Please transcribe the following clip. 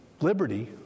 liberty